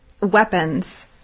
weapons